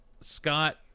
Scott